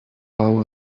allow